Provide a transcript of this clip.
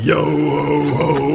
Yo-ho-ho